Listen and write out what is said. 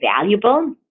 valuable